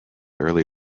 early